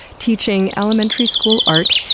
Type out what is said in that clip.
teaching elementary school art,